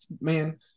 man